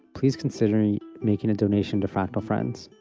please consider making a donation to fractal friends.